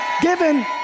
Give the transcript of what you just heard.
given